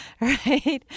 right